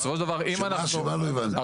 כפי